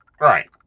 Right